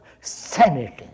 sanity